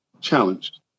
challenged